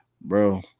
bro